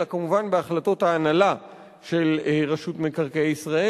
אלא כמובן בהחלטות ההנהלה של רשות מקרקעי ישראל.